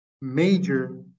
major